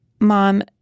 Mom